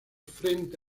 frente